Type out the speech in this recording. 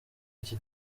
iki